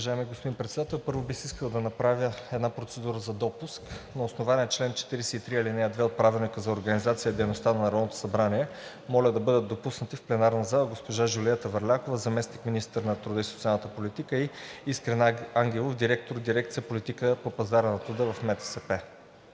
първо, бих искал да направя една процедура за допуск. На основание чл. 43, ал. 2 от Правилника за организацията и дейността на Народното събрание моля да бъдат допуснати в пленарната зала госпожа Жулиета Върлякова, заместник-министър на труда и социалната политика, и Искрен Ангелов, директор на дирекция „Политика на пазара на труда“ в МТСП.